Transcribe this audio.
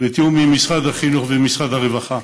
בתיאום עם משרד החינוך ומשרד הרווחה.